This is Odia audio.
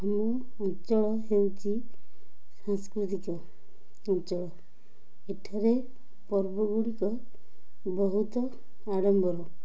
ଆମ ଅଞ୍ଚଳ ହେଉଛି ସାଂସ୍କୃତିକ ଅଞ୍ଚଳ ଏଠାରେ ପର୍ବ ଗୁଡ଼ିକ ବହୁତ ଆଡ଼ମ୍ବର